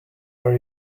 are